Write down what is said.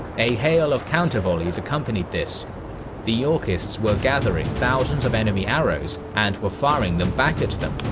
a hail of counter-volleys accompanied this the yorkists were gathering thousands of enemy arrows and were firing them back at them,